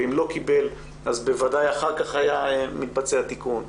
ואם לא קיבל בוודאי אחר כך היה מתבצע תיקון.